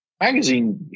Magazine